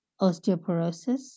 osteoporosis